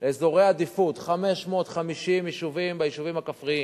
באזורי עדיפות, 550 יישובים כפריים